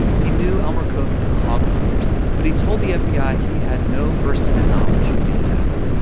he knew elmer cook and the hoggle brothers, but he told the fbi ah he had no firsthand knowledge of the attack.